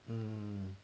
mmhmm